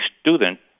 student